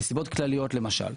נסיבות כלליות למשל.